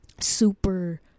super